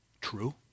True